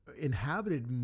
inhabited